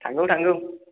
थांगौ थांगौ